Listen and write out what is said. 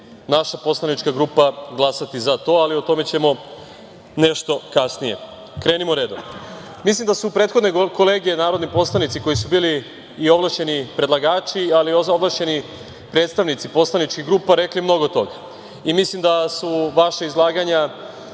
naša poslanička grupa glasati za to, ali o tome ćemo nešto kasnije. Krenimo redom. Mislim da su prethodne kolege narodni poslanici koji su bili i ovlašćeni predlagači i ovlašćeni predstavnici poslaničkih grupa rekli mnogo toga i mislim da su vaša izlaganja